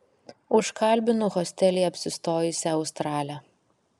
užkalbinu hostelyje apsistojusią australę